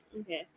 Okay